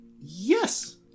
Yes